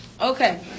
Okay